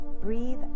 breathe